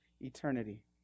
eternity